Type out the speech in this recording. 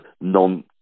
non